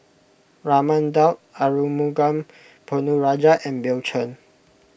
Raman Daud Arumugam Ponnu Rajah and Bill Chen